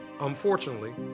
Unfortunately